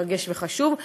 מרגש וחשוב,